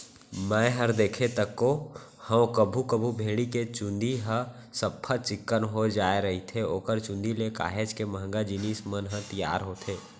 मैंहर देखें तको हंव कभू कभू भेड़ी के चंूदी ह सफ्फा चिक्कन हो जाय रहिथे ओखर चुंदी ले काहेच के महंगा जिनिस मन ह तियार होथे